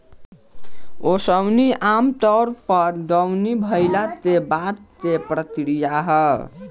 ओसवनी आमतौर पर दौरी भईला के बाद के प्रक्रिया ह